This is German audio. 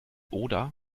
oder